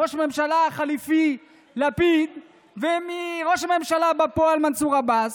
ראש הממשלה החליפי לפיד ומראש הממשלה בפועל מנסור עבאס,